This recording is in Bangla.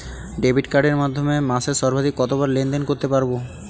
ডেবিট কার্ডের মাধ্যমে মাসে সর্বাধিক কতবার লেনদেন করতে পারবো?